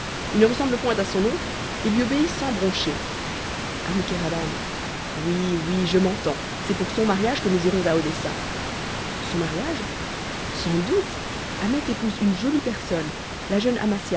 il ne ressemble point à son oncle et lui obéit sans broncher ami kéraban oui oui je m'entends c'est pour son mariage que nous irons à odessa son mariage sans doute ahmet épouse une jolie personne la jeune